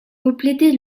compléter